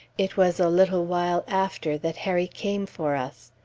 it was a little while after that harry came for us.